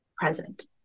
present